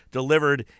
delivered